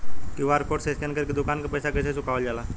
QR code से scan कर के दुकान के पैसा कैसे चुकावल जाला?